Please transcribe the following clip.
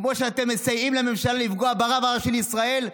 כמו שאתם מסייעים לממשלה לפגוע ברב הראשי לישראל,